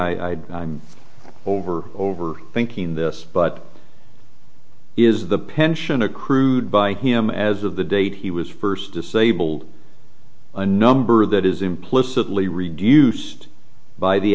i over over thinking this but is the pension accrued by him as of the date he was first disabled a number that is implicitly reduced by the